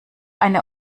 eine